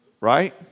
right